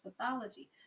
pathology